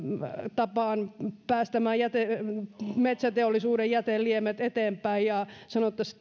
tapaan päästämään metsäteollisuuden jäteliemet eteenpäin ja sanottaisiin